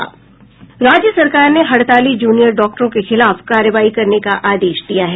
राज्य सरकार ने हड़ताली जूनियर डॉक्टरों के खिलाफ कार्रवाई करने का आदेश दिया है